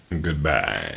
Goodbye